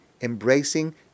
embracing